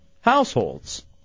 households